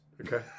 Okay